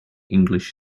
english